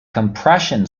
compression